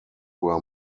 were